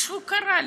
משהו קרה לך.